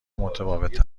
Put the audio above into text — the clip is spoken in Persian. متفاوت